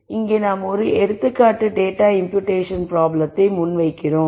எனவே இங்கே நாம் ஒரு எடுத்துக்காட்டு டேட்டா இம்புயூட்டேஷன் ப்ராப்ளத்தை முன்வைக்கிறோம்